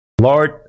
lord